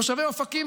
תושבי אופקים,